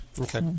Okay